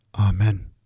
Amen